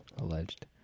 Alleged